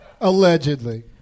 Allegedly